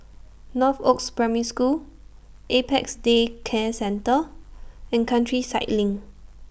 Northoaks Primary School Apex Day Care Centre and Countryside LINK